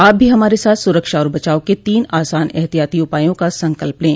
आप भी हमारे साथ सुरक्षा और बचाव के तीन आसान एहतियाती उपायों का संकल्प लें